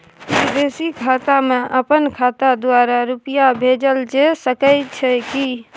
विदेशी खाता में अपन खाता द्वारा रुपिया भेजल जे सके छै की?